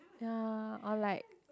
ya or like